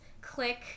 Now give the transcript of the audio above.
Click